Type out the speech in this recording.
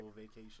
vacation